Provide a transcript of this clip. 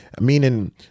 Meaning